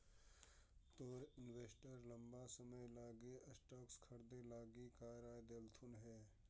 तोर इन्वेस्टर लंबा समय लागी स्टॉक्स खरीदे लागी का राय देलथुन हे?